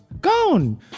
gone